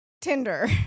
Tinder